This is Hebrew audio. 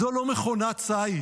זו לא מכונת ציד.